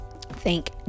Thank